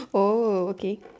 oh okay